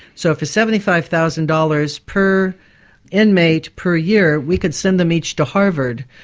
so for seventy five thousand dollars per inmate per year, we could send them each to harvard,